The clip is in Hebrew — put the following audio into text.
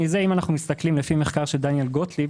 אם אנחנו מסתכלים לפי מחקר של דניאל גוטליב,